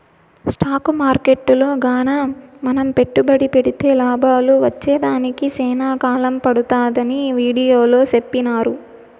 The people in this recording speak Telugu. స్టాకు మార్కెట్టులో గాన మనం పెట్టుబడి పెడితే లాభాలు వచ్చేదానికి సేనా కాలం పడతాదని వీడియోలో సెప్పినారు